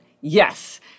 yes